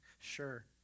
sure